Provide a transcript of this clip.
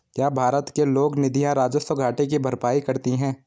क्या भारत के लोक निधियां राजस्व घाटे की भरपाई करती हैं?